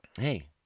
Hey